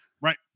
Right